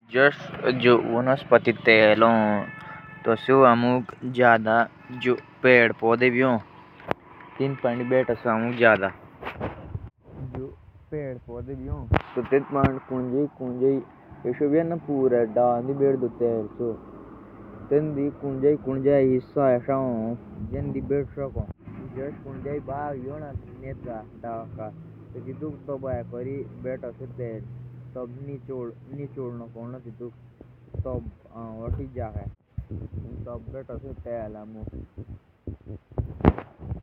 जो वनस्पति तेल हो सेओ आमुक पेड़ फोटे से ही मिलो और तेतुक गड़नो के एक अपदे विदे हो। वनस्पति तेल खादोक अचो होन।